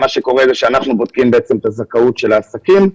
אנחנו בודקים את הזכאות של העסקים,